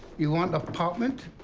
you want apartment?